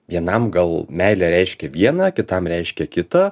vienam gal meilė reiškia vieną kitam reiškia kita